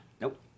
Nope